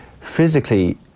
Physically